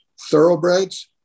thoroughbreds